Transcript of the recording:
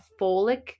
folic